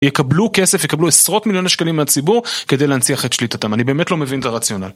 יקבלו כסף, יקבלו עשרות מיליוני שקלים מהציבור, כדי להנציח את שליטתם. אני באמת לא מבין את הרציונל.